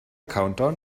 countdown